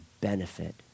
benefit